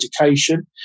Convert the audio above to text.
education